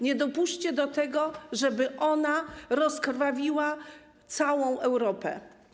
Nie dopuśćcie do tego, żeby ona rozkrwawiła całą Europę.